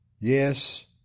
Yes